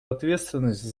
ответственность